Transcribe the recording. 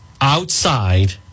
outside